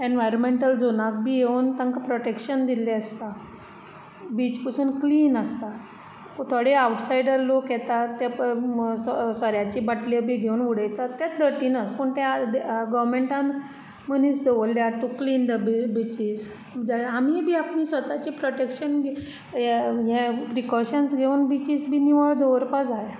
environmental झोनाक बी येवन तांकां प्रोटेक्शन दिल्लें आसता बीच पसून क्लीन आसता थोडे आवटसायडर लोक येतात ते सोऱ्याचे बाटल्यो घेवन बी उडयतात तें डर्टीनस पूण तें तें गोवोमेंटान मनीस दवल्ल्यात टू क्लीन द बी बिचीस आमीय बी आमचें स्वताचें प्रोटेक्शन हें हें प्रिक्योशन्स घेवन बिचीस बीन निवळ दवरपा जाय